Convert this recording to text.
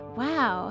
wow